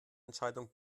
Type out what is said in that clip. entscheidung